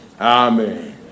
Amen